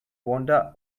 vonda